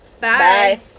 Bye